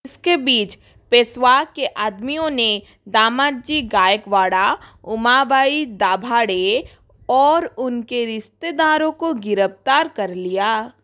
इसके बीच पेशवा के आदमियों ने दामाजी गायकवाड़ उमाबाई दाभाडे और उनके रिश्तेदारों को गिरफ्तार कर लिया